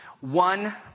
one